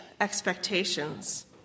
expectations